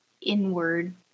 inward